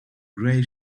gray